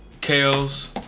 Kale's